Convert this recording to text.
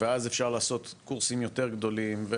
ואז אפשר לעשות קורסים יותר גדולים?